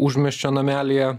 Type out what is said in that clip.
užmiesčio namelyje